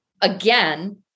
again